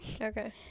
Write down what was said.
Okay